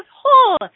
whole